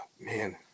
man